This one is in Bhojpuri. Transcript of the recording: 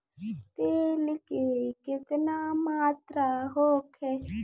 तेल के केतना मात्रा होखे?